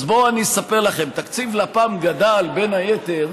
מה עשיתי?